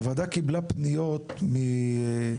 הוועדה קיבלה פניות מקבלנים,